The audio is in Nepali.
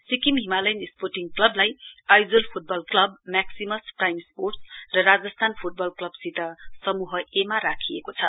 सिक्किम हिमालयन स्पोर्टिङ क्लबलाई Aizawl football club Maximus prime sports र राजस्थान फुटबल क्लबसित समूह ए मा राखिएको छ